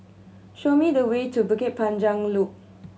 show me the way to Bukit Panjang Loop